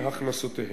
מהכנסותיהם.